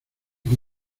que